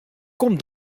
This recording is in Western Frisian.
kom